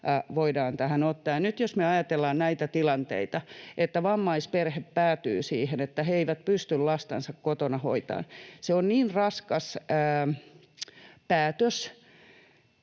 voidaan tähän ottaa. Nyt jos me ajatellaan näitä tilanteita, että vammaisperhe päätyy siihen, että he eivät pysty lastansa kotona hoitamaan, se on niin raskas päätös